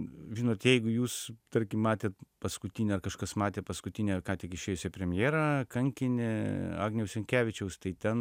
žinot jeigu jūs tarkim matėt paskutinę kažkas matė paskutinę ką tik išėjusi premjerą kankinį agniaus jankevičiaus tai ten